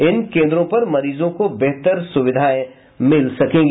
इन केन्द्रों पर मरीजों को बेहतर सुविधाएं मिल सकेंगी